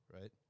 Right